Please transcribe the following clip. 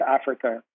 Africa